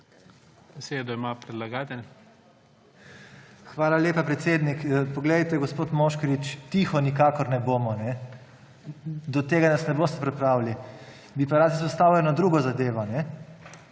Hvala lepa, predsednik. Gospod Moškrič, tiho nikakor ne bomo. Do tega nas ne boste pripravili. Bi pa rad izpostavil eno drugo zadevo.